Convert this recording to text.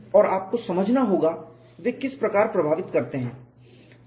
और आपको समझना होगा वे किस प्रकार प्रभावित करते हैं